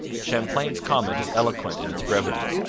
champlain's comment is eloquent in its brevity.